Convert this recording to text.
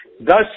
thus